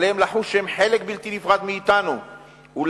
עליהם לחוש שהם חלק בלתי נפרד מאתנו ולהביט